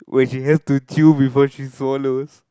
which is have to chew before she swallows